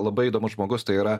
labai įdomus žmogus tai yra